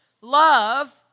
Love